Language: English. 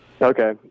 Okay